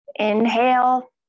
Inhale